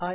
I